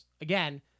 Again